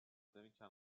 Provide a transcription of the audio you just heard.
کلانشهرهایی